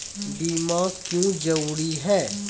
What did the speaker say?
बीमा क्यों जरूरी हैं?